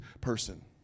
person